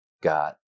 got